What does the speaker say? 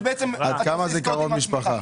עד כמה זה קרוב משפחה?